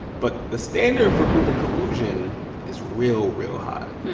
but the standard for proving collusion is real, real high.